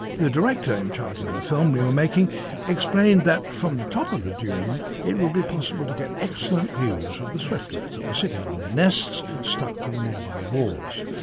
the director in charge of the film we were making explained that from the top of the dune it would be possible to get excellent views of the swiftlets that were sitting on their nests stuck to the nearby walls.